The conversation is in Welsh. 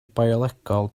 biolegol